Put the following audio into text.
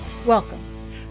Welcome